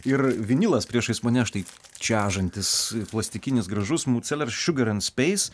ir vinilas priešais mane štai čežantis plasikinis gražus mūd selers šiugar end speis